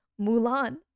Mulan